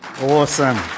awesome